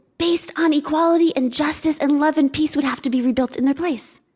based on equality and justice and love and peace would have to be rebuilt in their place.